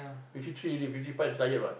fifty three already fifty five retired what